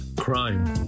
Crime